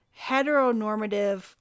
heteronormative